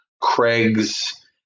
Craig's